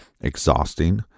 exhausting